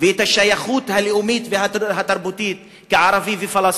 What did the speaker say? והשייכות הלאומית והתרבותית כערבי ופלסטיני?